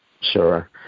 sure